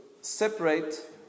separate